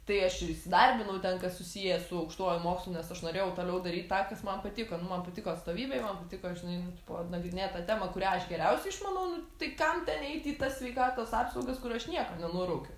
tai aš ir įsidarbinau ten kas susiję su aukštuoju mokslu nes aš norėjau toliau daryti tą kas man patiko nu man patiko atstovybėj man patiko žinai nu tipo nagrinėt tą temą kurią aš geriausiai išmanau tai kam ten eit į tas sveikatos apsaugas kur aš nieko nenuraukiu